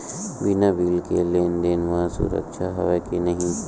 बिना बिल के लेन देन म सुरक्षा हवय के नहीं?